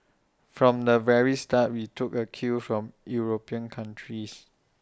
from the very start we took A cue from european countries